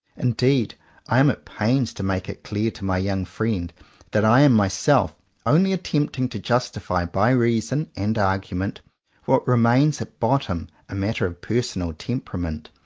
indeed i am at pains to make it clear to my young friend that i am myself only attempting to justify by reason and argument what re mains at bottom a matter of personal temperament.